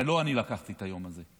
לא אני לקחתי את היום הזה.